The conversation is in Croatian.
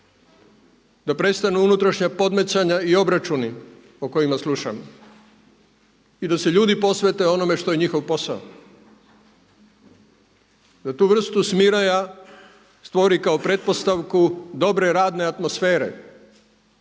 da prestanu unutrašnja podmetanja i obračuni o kojima slušamo i da se ljudi posvete onome što je njihov posao, da tu vrstu smiraja stvori kao pretpostavku dobre radne atmosfere